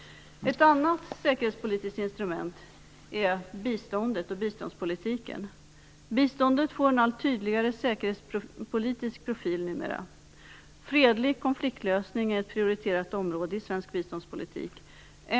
Ett annat säkerhetspolitiskt instrument är biståndet och biståndspolitiken. Biståndet får en allt tydligare säkerhetspolitisk profil numera. Fredlig konfliktlösning är ett prioriterat område i svensk biståndspolitik.